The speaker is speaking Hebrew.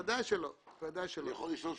אני רוצה לשאול שאלה.